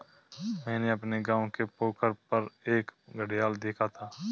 मैंने अपने गांव के पोखर पर एक घड़ियाल देखा था